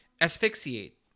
asphyxiate